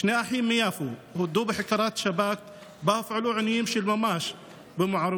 שני אחים מיפו הודו בחקירת שב"כ שבה הופעלו עינויים של ממש במעורבות